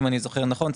אם אני זוכר נכון,